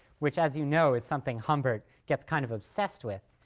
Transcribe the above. which as you know is something humbert gets kind of obsessed with,